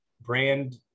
brand